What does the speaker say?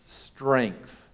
strength